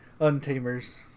Untamers